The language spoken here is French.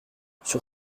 sur